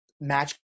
match